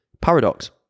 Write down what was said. Paradox